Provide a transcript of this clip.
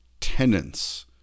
tenants